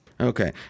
Okay